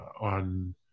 on